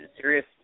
serious